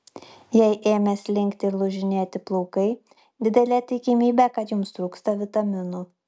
jei ėmė slinkti ir lūžinėti plaukai didelė tikimybė kad jums trūksta vitaminų